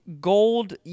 Gold